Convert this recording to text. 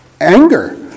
anger